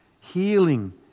healing